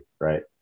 right